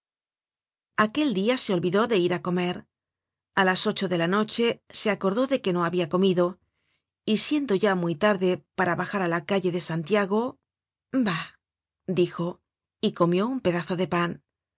aquel dia se olvidó de ir á comer a las ocho de la noche se acordó de que no habia comido y siendo ya muy tarde para bajar á la calle de santiago bah dijo y comió un pedazo de pan no